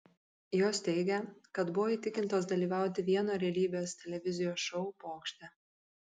jos teigia kad buvo įtikintos dalyvauti vieno realybės televizijos šou pokšte